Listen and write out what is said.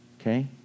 okay